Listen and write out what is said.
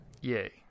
Yay